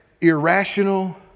irrational